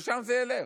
לשם זה ילך.